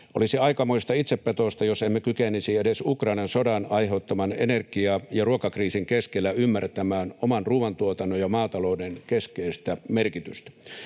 Olisi aikamoista itsepetosta, jos emme kykenisi edes Ukrainan sodan aiheuttaman energia- ja ruokakriisin keskellä ymmärtämään oman ruuantuotannon ja maatalouden keskeistä merkitystä.